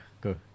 Go